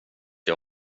jag